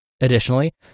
Additionally